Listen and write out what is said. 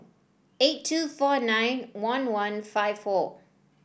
eight two four nine one one five four